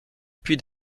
puits